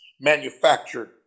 manufactured